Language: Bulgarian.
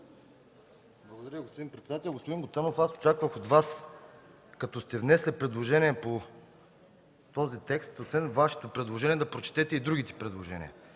Благодаря, господин председател. Господин Гуцанов, аз очаквах от Вас, като сте внесли предложение по този текст, освен Вашето предложение, да прочетете и другите предложения.